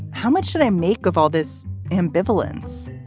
how much should i make of all this ambivalence?